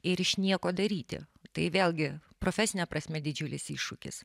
ir iš nieko daryti tai vėlgi profesine prasme didžiulis iššūkis